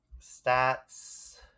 stats